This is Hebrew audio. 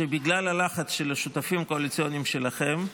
שבגלל הלחץ של השותפים הקואליציוניים שלכם,